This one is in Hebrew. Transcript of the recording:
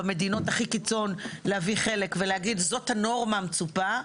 מהחלק הכי קיצון של העולם ולהגיד זאת הנורמה המצופה,